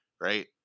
right